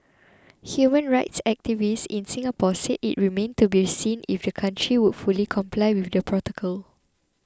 human rights activists in Singapore said it remained to be seen if the country would fully comply with the protocol